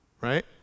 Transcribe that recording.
Right